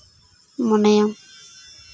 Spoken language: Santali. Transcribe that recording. ᱢᱚᱱᱮᱭᱟ